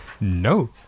No